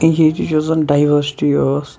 ییٚتِچ یُۄس زَن ڈایورسٹی ٲس